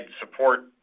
support